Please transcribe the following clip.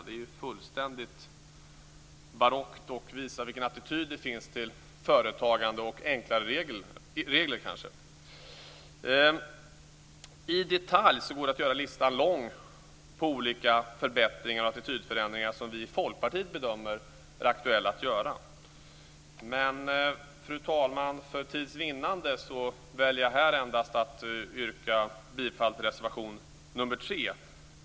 Det är fullständigt barockt och visar vilken attityd det finns till företagande och enklare regler. I detalj går det att göra listan lång på olika förbättringar och attitydförändringar som vi i Folkpartiet bedömer är aktuella att göra. Fru talman! För tids vinnande väljer jag här att endast yrka bifall till reservation nr 3.